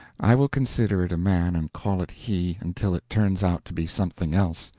i will consider it a man and call it he until it turns out to be something else.